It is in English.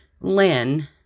Lynn